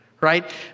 Right